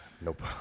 Nope